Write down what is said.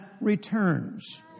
returns